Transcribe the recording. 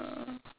uh